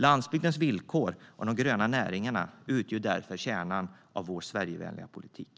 Landsbygdens villkor och de gröna näringarna utgör därför kärnan i vår Sverigevänliga politik.